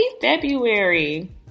February